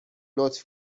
لطف